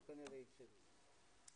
הוא כנראה יצא מזה'.